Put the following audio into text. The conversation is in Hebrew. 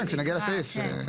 כשנגיע לסעיף.